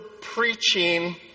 preaching